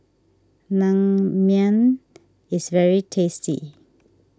Naengmyeon is very tasty